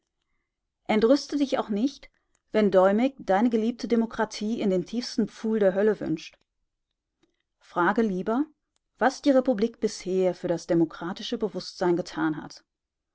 entrüste dich auch nicht wenn däumig deine geliebte demokratie in den tiefsten pfuhl der hölle wünscht frage lieber was die republik bisher für das demokratische bewußtsein getan hat